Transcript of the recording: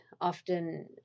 often